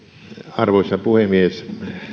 arvoisa puhemies